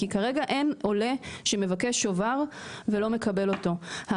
כי כרגע אין עולה שמבקש שובר, ולא מקבל אותו.